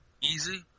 easy